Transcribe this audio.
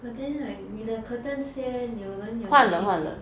but then like 你的 curtains 这些你们有没有拿去洗